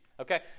Okay